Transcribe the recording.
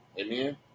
Amen